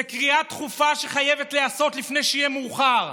זאת קריאה דחופה שחייבת להיעשות לפני שיהיה מאוחר.